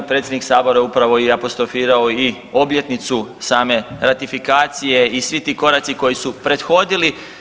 Predsjednik Sabora je upravo i apostrofirao i obljetnicu same ratifikacije i svi ti koraci koji su prethodili.